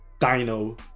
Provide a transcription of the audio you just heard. Dino